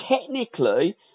technically